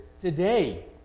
today